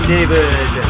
David